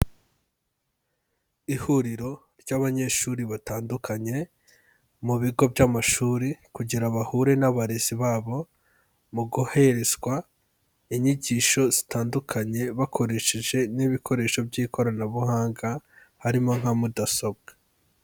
Ihuriro ry'abanyeshuri batandukanye mu bigo by'amashuri, kugira bahure n'abarezi babo mu guherezwa inyigisho zitandukanye, bakoresheje n'ibikoresho by'ikoranabuhanga harimo nka mudasobwa.